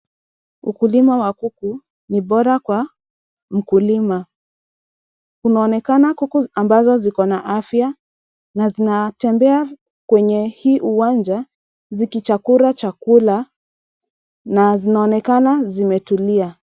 Ukulima wa kuku ni bora kwa mkulima. Kunaonekana kuku ambazo ziko na afya na zinatembea kwenye hii uwanja zikichakura chakula na zinaonekana zimetulia.